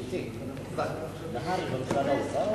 אדוני היושב-ראש,